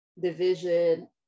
division